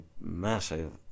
massive